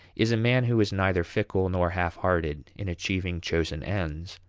is a man who is neither fickle nor half-hearted in achieving chosen ends.